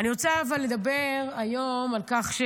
אני רוצה לדבר היום על כך,